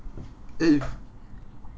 eh